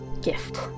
Gift